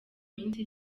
minsi